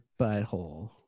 butthole